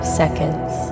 seconds